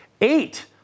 eight